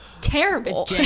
terrible